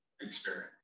experience